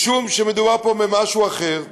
משום שמדובר פה במשהו אחר,